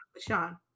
Sean